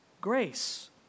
grace